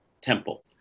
temple